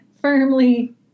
Firmly